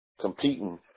competing